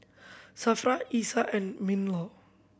SAFRA Isa and MinLaw